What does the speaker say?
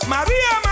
Maria